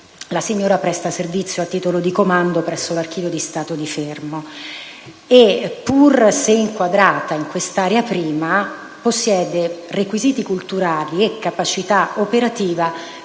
La signora presta servizio a titolo di comando presso l'Archivio di Stato di Fermo e, pur se inquadrata in quest'area prima, possiede requisiti culturali e capacità operativa